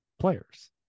players